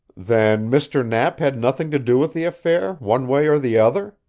then mr. knapp had nothing to do with the affair, one way or the other?